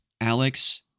Alex